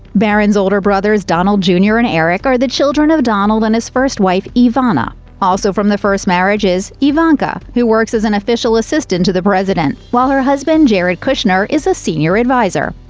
barron's older brothers, donald jr. and eric, are the children of donald and his first wife, ivana. also from the first marriage is ivanka, who works as an official assistant to the president, while her husband, jared kushner, is a senior adviser.